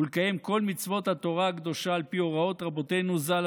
ולקיים כל מצוות התורה הקדושה על פי הוראות אבותינו ז"ל,